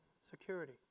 security